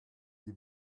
die